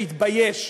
שיתבייש.